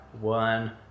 one